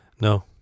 No